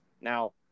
Now